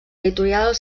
editorial